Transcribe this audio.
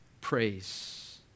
praise